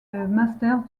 masters